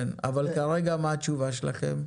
כן, אבל כרגע מה התשובה שלכם?